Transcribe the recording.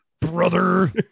brother